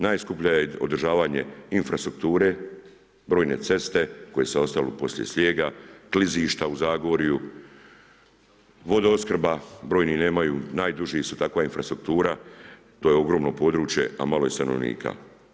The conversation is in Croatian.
Najskuplje je održavanje infrastrukture, brojne ceste koje su ostale poslije snijega, klizišta u Zagorju, vodoopskrba brojnih nemaju, najduži su, takva je infrastruktura, to je ogromno područje a malo je stanovnika.